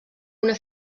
una